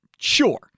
Sure